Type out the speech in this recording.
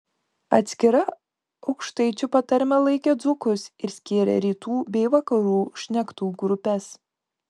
atskira aukštaičių patarme laikė dzūkus ir skyrė rytų bei vakarų šnektų grupes